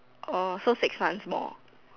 orh so six months more